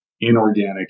inorganic